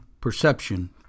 Perception